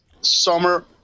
summer